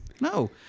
No